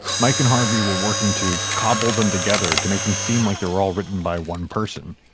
mike and harvey were working to cobble them together to make them seem like they were all written by one person.